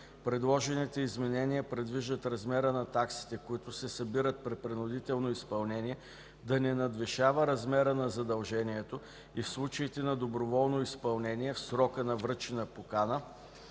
Предложените изменения предвиждат размерът на таксите, които се събират при принудително изпълнение, да не надвишава размера на задължението и в случаите на доброволно изпълнение, в срока на връчена покана,